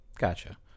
Gotcha